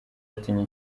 atinya